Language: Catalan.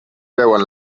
veuen